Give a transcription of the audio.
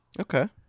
Okay